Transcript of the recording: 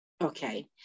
okay